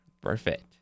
Perfect